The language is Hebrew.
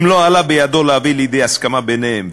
אם לא עלה בידו להביא לידי הסכמה ביניהם,